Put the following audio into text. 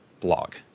blog